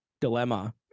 dilemma